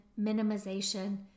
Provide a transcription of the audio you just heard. minimization